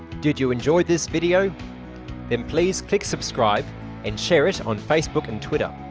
did you enjoy this video then please click subscribe and share it on facebook and twitter.